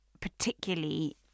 particularly